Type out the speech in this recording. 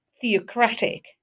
theocratic